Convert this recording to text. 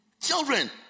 children